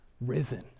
risen